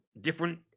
different